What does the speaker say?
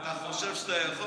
אתה חושב שאתה יכול?